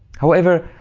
however,